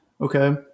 okay